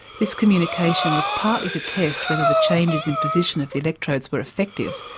this communication was partly to test whether the changes in position of the electrodes were effective,